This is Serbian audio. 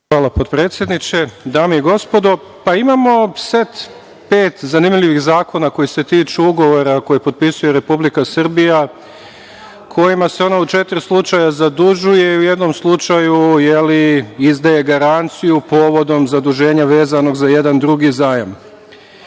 Hvala, potpredsedniče. Dame i gospodo narodni poslanici, imamo set pet zanimljivih zakona koji se tiču ugovora koje potpisuje Republika Srbija, kojima se ona u četiri slučaja zadužuje i u jednom slučaju izdaje garanciju povodom zaduženja vezanog za jedan drugi